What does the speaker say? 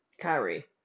Kyrie